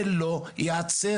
זה לא ייעצר.